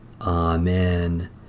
Amen